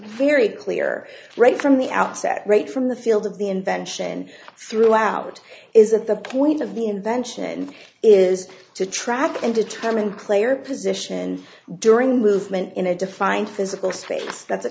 very clear right from the outset right from the field of the invention throughout is it the point of the invention is to track and determine player position during movement in a defined physical space that